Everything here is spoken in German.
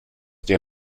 der